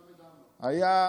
חמד עמאר,